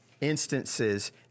instances